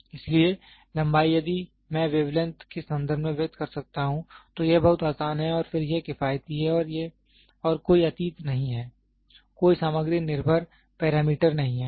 इसलिए लंबाई यदि मैं वेवलेंथ के संदर्भ में व्यक्त कर सकता हूं तो यह बहुत आसान है और फिर यह किफायती है और कोई अतीत नहीं है कोई सामग्री निर्भर पैरामीटर नहीं है